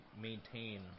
maintain